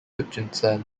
hutchinson